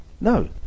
No